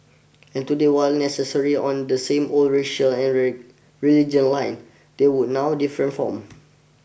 and today while necessary on the same old racial and religion lines they would now different forms